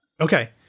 Okay